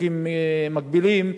בחוקים מקבילים,